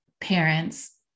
parents